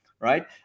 Right